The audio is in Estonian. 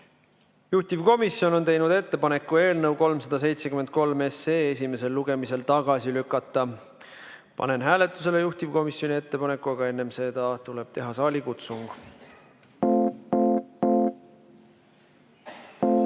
Juhtivkomisjon on teinud ettepaneku eelnõu 373 esimesel lugemisel tagasi lükata. Panen hääletusele juhtivkomisjoni ettepaneku, aga enne seda tuleb teha saalikutsung. Austatud